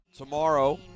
Tomorrow